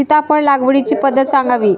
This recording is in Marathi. सीताफळ लागवडीची पद्धत सांगावी?